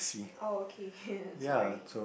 oh okay sorry